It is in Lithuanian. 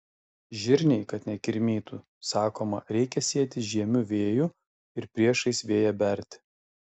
žirniai kad nekirmytų sakoma reikia sėti žiemiu vėju ir priešais vėją berti